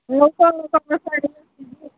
ମୁଁ ତ ଶାଢ଼ୀ